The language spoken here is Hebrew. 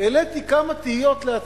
העליתי כמה תהיות לעצמי: